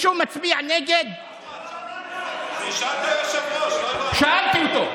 בשביל להרוס את עם ישראל, ושמים אותו בראש.